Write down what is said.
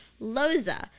Loza